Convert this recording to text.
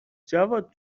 جواد